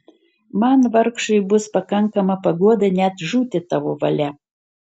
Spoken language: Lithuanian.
man vargšui bus pakankama paguoda net žūti tavo valia